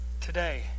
today